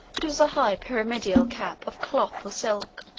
it was a high pyramidal cap of cloth or silk,